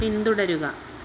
പിന്തുടരുക